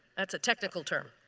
that's a technical term.